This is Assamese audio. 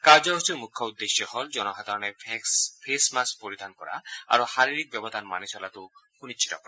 কাৰ্যসূচীৰ মুখ্য উদ্দেশ্য হল জনসাধাৰণে ফেচ মাস্ক পৰিধান কৰা আৰু শাৰীৰিক ব্যৱধান মানি চলাটো সুনিশ্চিত কৰা